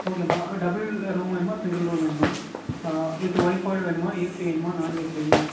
ஓகேம்மா double room வேணுமா single room வேணுமா வித்து ஓய்ஃபையோடு வேணுமா ஏசி வேணுமா நான்ஏசி வேணுமா